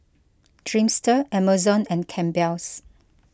Dreamster Amazon and Campbell's